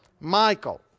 Michael